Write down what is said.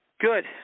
Good